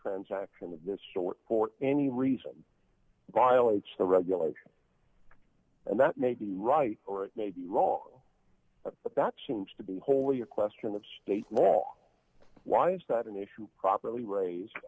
transaction of this short for any reason violates the regulation and that may be right or it may be wrong but that seems to be wholly a question of state law why is that an issue properly raised